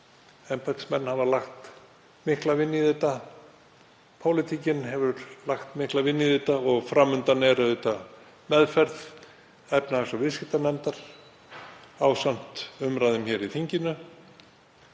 Embættismenn hafa lagt mikla vinnu í þetta. Pólitíkin hefur lagt mikla vinnu í þetta og fram undan er meðferð efnahags- og viðskiptanefndar ásamt umræðum hér í þinginu.